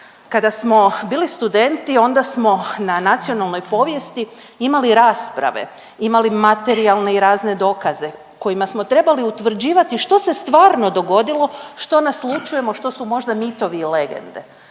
Kada smo bili studenti onda smo na nacionalnoj povijesti imali rasprave, imali materijalne i razne dokaze kojima smo trebali utvrđivati što se stvarno dogodilo, što naslućujemo, što su možda mitovi i legende.